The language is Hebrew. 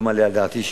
לא מעלה על דעתי,